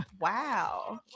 Wow